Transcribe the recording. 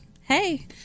Hey